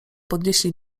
podnieśli